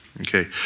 okay